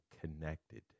connected